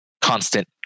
constant